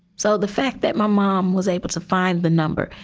so the fact that my mom was able to find the number.